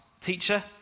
Teacher